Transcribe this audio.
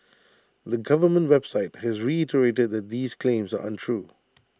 the government website has reiterated that these claims are untrue